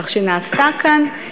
כך שנעשה כאן,